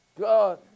God